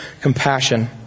compassion